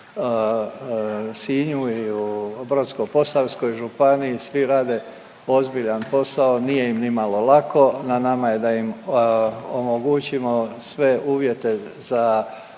u Sinju i u Brodsko-posavskoj županiji svi rade ozbiljan posao, nije im nimalo lako na nama je da im omogućimo sve uvjete za posao.